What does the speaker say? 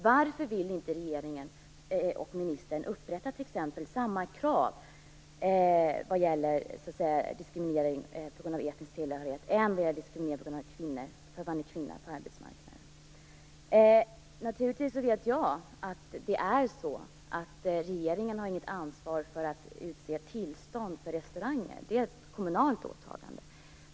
Varför vill regeringen och ministern inte upprätta samma krav vad gäller diskriminering på grund av etnisk tillhörighet som vad gäller diskriminering på grund av att man är kvinna på arbetsmarknaden? Naturligtvis vet jag att regeringen inte har något ansvar för att ge tillstånd åt restauranger. Det är ett kommunalt åtagande.